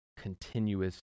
continuous